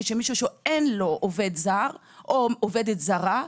למי שאין לו עובד זר או עובדת זרה,